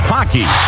Hockey